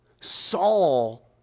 Saul